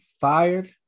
fired